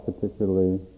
particularly